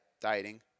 dieting